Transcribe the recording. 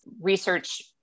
research